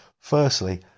Firstly